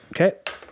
Okay